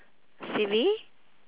silly